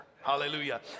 hallelujah